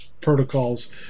protocols